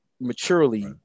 maturely